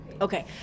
Okay